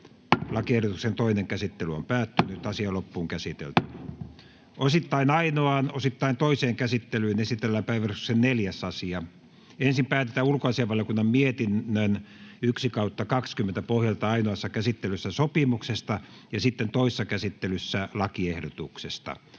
ja voimaansaattamiseksi Time: N/A Content: Osittain ainoaan, osittain toiseen käsittelyyn esitellään päiväjärjestyksen 4. asia. Ensin päätetään ulkoasiainvaliokunnan mietinnön UaVM 1/2020 vp pohjalta ainoassa käsittelyssä sopimuksesta ja sitten toisessa käsittelyssä lakiehdotuksesta.